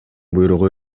буйругу